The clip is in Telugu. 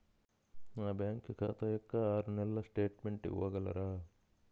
నా బ్యాంకు ఖాతా యొక్క ఆరు నెలల స్టేట్మెంట్ ఇవ్వగలరా?